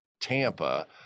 Tampa